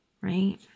right